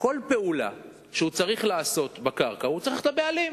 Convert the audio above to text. בכל פעולה שהוא צריך לעשות בקרקע הוא צריך את הבעלים.